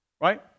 right